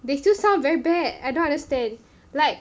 they still sound very bad I don't understand like